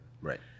Right